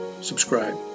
subscribe